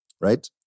right